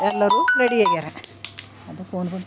ಎಲ್ಲರು ರೆಡಿ ಆಗ್ಯಾರ ಯಾವುದೋ ಫೋನ್ ಬಂತು